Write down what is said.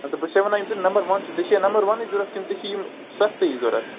تہٕ بہٕ چھِسے وَنان یہِ چھُ نمبر وَن چھُ ژےٚ چھُیا نمبر وَنٕے ضروٗرت کِنہٕ ژےٚ چھُے یِم سستٕے ضروٗرت